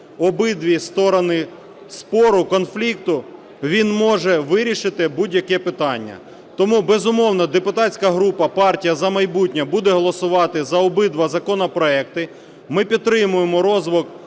обидві сторони спору, конфлікту, він може вирішити будь-яке питання. Тому, безумовно, депутатська група "Партія "За майбутнє" буде голосувати за обидва законопроекти. Ми підтримуємо розвиток